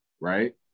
right